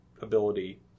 ability